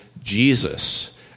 Jesus